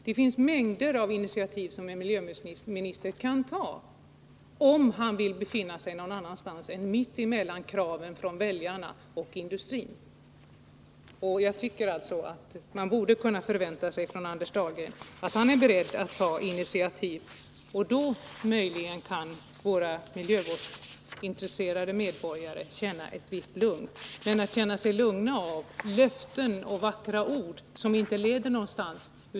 Det finns mängder av initiativ som en miljövårdsminister kan ta om han vill befinna sig någon annanstans än mitt emellan kraven från väljarna och från industrin. Man borde också kunna vänta sig att Anders Dahlgren var beredd att ta initiativ. Om han gjorde det kunde de miljövårdsintresserade medborgarna känna sig lugna. Men de kan inte lugnas av löften och vackra ord som inte leder någonstans.